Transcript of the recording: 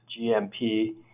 GMP